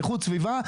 איכות סביבה.